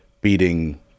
beating